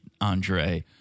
Andre